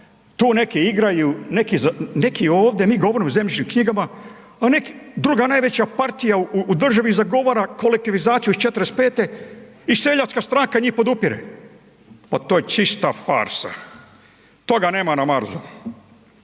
Tu neki igraju, neki ovdje, mi govorimo o zemljišnim knjigama, a druga najveća partija u državi zagovara kolektivizaciju iz 45. i seljačka stranka njih podupire. Pa to je čista farsa. Toga nema na Marsu.